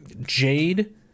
Jade